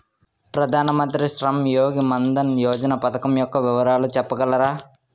ప్రధాన మంత్రి శ్రమ్ యోగి మన్ధన్ యోజన పథకం యెక్క వివరాలు చెప్పగలరా?